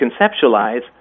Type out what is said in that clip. conceptualize